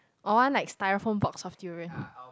I want like styrofoam box of durians